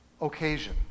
occasion